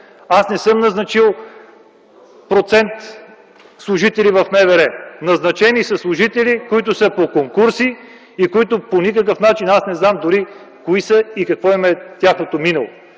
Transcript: Аз не съм назначил процент служители в МВР. Назначени са служители, които са по конкурс и които по никакъв начин аз не знам дори кои са и какво е тяхното минало.